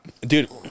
dude